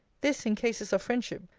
this, in cases of friendship,